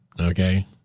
Okay